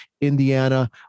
indiana